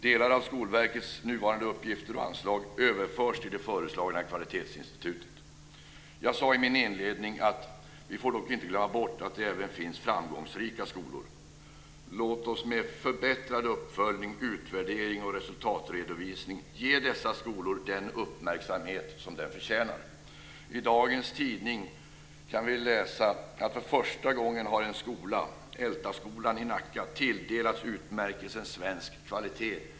Delar av Skolverkets nuvarande uppgifter och anslag överförs till det föreslagna kvalitetsinstitutet. Jag sade i min inledning att vi inte får glömma bort att det även finns framgångsrika skolor. Låt oss med en förbättrad uppföljning, utvärdering och resultatredovisning ge dessa skolor den uppmärksamhet som de förtjänar. I dagens tidning kan vi läsa att för första gången har en skola, Älta skola i Nacka, tilldelats Utmärkelsen Svensk Kvalitet.